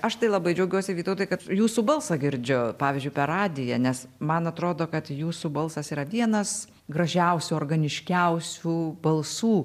aš tai labai džiaugiuosi vytautai kad jūsų balsą girdžiu pavyzdžiui per radiją nes man atrodo kad jūsų balsas yra vienas gražiausių organiškiausių balsų